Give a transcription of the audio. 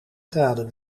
graden